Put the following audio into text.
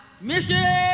Mission